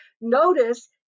notice